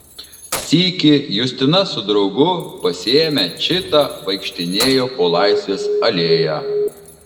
sykį justina su draugu pasiėmę čitą vaikštinėjo po laisvės alėją